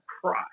cry